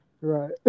Right